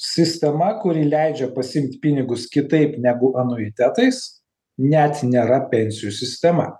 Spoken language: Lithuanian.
sistema kuri leidžia pasiimt pinigus kitaip negu anuitetais net nėra pensijų sistema